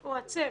או הצוות.